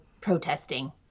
protesting